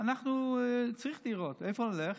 אנחנו צריכים דירות, לאיפה נלך?